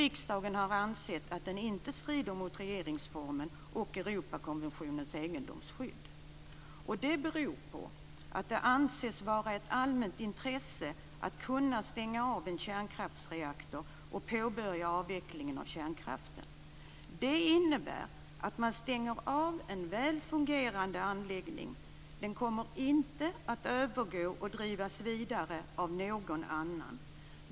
Riksdagen har ansett att den inte strider mot regeringsformen och Europakonventionens egendomsskydd. Det beror på att det anses vara ett allmänt intresse att kunna stänga av en kärnkraftsreaktor och påbörja avvecklingen av kärnkraften. Det innebär att man stänger av en väl fungerande anläggning. Den kommer inte att övergå till någon annan och drivas vidare.